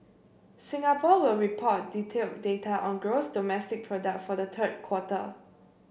Singapore will report detailed data on gross domestic product for the third quarter